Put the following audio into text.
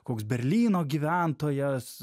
koks berlyno gyventojas